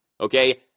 okay